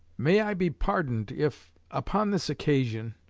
may i be pardoned if, upon this occasion,